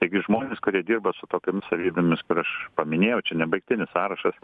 taigi žmonės kurie dirba su tokiomis savybėmis kur aš paminėjau čia nebaigtinis sąrašas